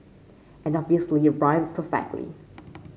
and obviously it rhymes perfectly